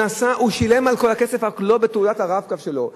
הוא שילם את כל הכסף, רק לא בתעודת ה"רב-קו" שלו.